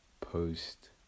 post